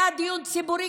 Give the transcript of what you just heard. היה דיון ציבורי,